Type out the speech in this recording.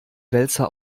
wälzer